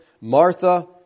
Martha